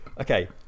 Okay